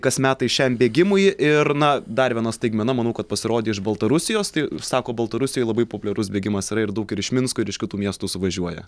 kas metai šiam bėgimui ir na dar viena staigmena manau kad pasirodė iš baltarusijos tai sako baltarusijoj labai populiarus bėgimas yra ir daug ir iš minsko ir iš kitų miestų suvažiuoja